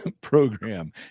program